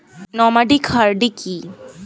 Nomadic হার্ডি কি?